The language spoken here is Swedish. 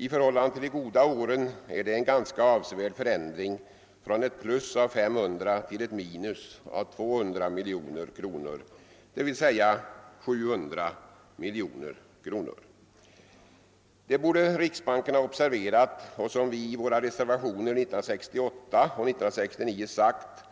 I förhållande till de goda åren är det en ganska avsevärd förändring från ett plus av 500 till ett minus av 200 miljoner kronor, d.v.s. 700 miljoner kronor. Det borde riksbanken ha observerat, och som vi i våra reservationer 1968 och 1969 har sagt